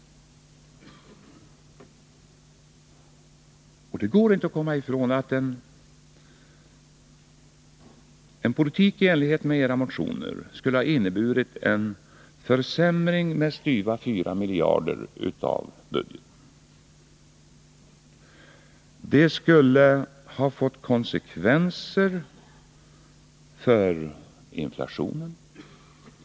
Det går inte att komma ifrån att en politik i enlighet med era motioner skulle ha inneburit en försämring av budgeten med styva 4 miljarder. Det skulle ha fått konsekvenser för inflationen.